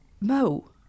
Mo